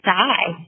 die